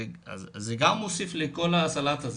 זה גם מוסיף לכל הסלט הזה.